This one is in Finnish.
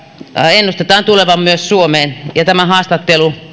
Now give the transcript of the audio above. ennustetaan tulevan myös suomeen tämä haastattelu